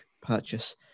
purchase